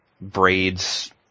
Braids